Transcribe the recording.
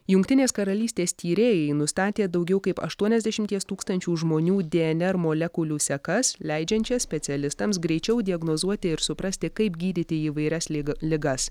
jungtinės karalystės tyrėjai nustatė daugiau kaip aštuoniasdešimties tūkstančių žmonių dnr molekulių sekas leidžiančias specialistams greičiau diagnozuoti ir suprasti kaip gydyti įvairias lig ligas